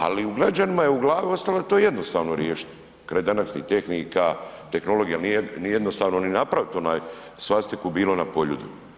Ali u građanima je u glavi ostalo da je to jednostavno riješiti, kraj današnjih tehnika, tehnologije, ali nije jednostavno ni napraviti svastiku bilo na Poljudu.